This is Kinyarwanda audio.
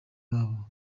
babo